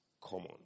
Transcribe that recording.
common